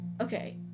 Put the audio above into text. okay